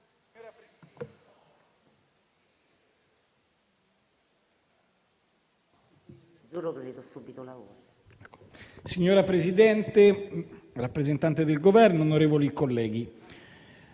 Signora Presidente, rappresentanti del Governo, onorevoli colleghi,